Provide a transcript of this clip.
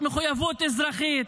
מחויבות אזרחית.